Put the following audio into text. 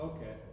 Okay